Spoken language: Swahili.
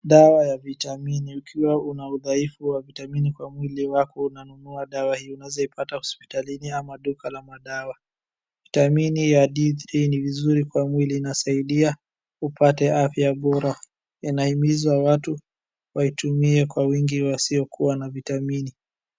Dawa ya vitamini. Ukiwa una udhaifu wa vitamini kwa mwili wako unanunua dawa hii. Unaweza kuipata hospitalini ama duka la madawa. Vitamini ya D3 ni mzuri kwa mwili. Inasaidia upate afya bora. Inahimizwa watu waitumie kwa wingi wasiokuwa na vitamini.